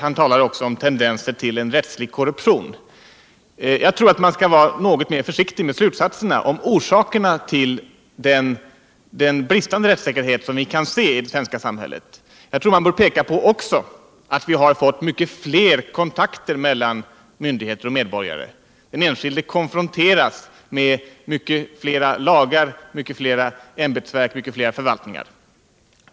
Han talar också om tendenser till rättslig korruption. Men jag tror man skall vara något mer försiktig med slutsatser om orsakerna till den bristande rättssäkerhet som vi kan se i det svenska samhället. Jag tror att man också bör peka på att vi fått mycket fler kontakter mellan myndigheterna och medborgarna. Den enskilde konfronteras med mycket fler lagar, ämbetsverk och förvaltningar.